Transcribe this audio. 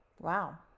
wow